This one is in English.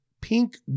pink